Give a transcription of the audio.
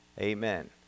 Amen